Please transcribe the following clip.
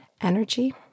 Energy